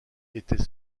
était